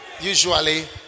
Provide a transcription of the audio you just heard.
usually